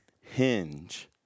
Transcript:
hinge